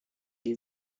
die